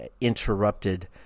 interrupted